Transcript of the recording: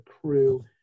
crew